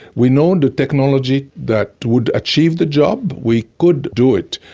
we know and the technology that would achieve the job. we could do it.